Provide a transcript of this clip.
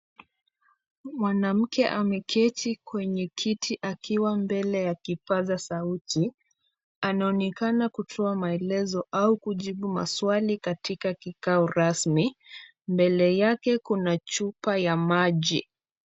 Mwanamke ameketi kwenye kiti akiwa mbele ya kipasa sauti. Anaonekana kutoa maelezo au kujibu maswali katika kikao rasmi. Mbele yake kuna chupa ya maji.